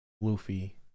luffy